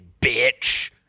bitch